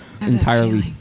entirely